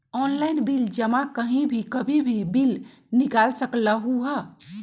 Online bill जमा कहीं भी कभी भी बिल निकाल सकलहु ह?